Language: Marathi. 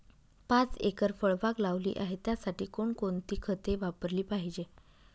पाच एकर फळबाग लावली आहे, त्यासाठी कोणकोणती खते वापरली पाहिजे?